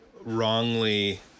wrongly